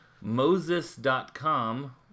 Moses.com